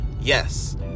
yes